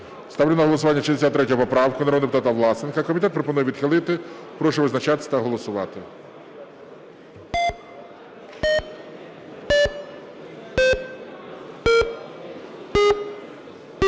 Ставлю на голосування 63 поправку народного депутата Власенка. Комітет пропонує відхилити. Прошу визначатись та голосувати.